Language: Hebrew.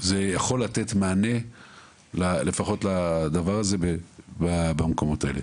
זה יכול לתת מענה לפחות לדבר הזה במקומות האלה,